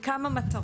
זאת לשם כמה מטרות,